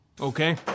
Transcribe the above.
okay